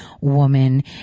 woman